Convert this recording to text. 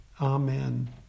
Amen